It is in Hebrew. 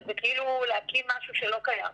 אבל זה כאילו להקים משהו שלא קיים.